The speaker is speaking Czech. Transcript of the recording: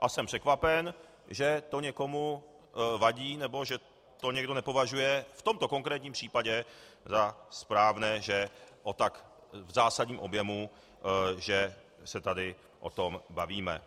A jsem překvapen, že to někomu vadí, nebo že to někdo nepovažuje v tomto konkrétním případě za správné, že o tak zásadním objemu se tady o tom bavíme.